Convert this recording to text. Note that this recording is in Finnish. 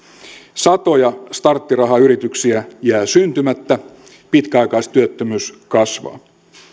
satoja starttirahayrityksiä jää syntymättä pitkäaikaistyöttömyys kasvaa